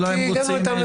אולי הם רוצים לנמק.